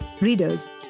readers